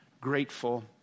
grateful